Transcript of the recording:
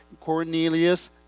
Cornelius